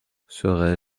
serai